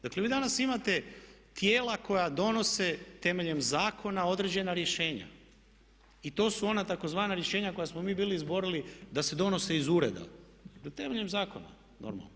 Dakle, vi danas imate tijela koja donose temeljem zakona određena rješenja i to su ona tzv. rješenja koja smo mi bili izborili da se donose iz ureda temeljem zakona normalno.